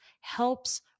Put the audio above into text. helps